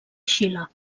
xile